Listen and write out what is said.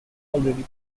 already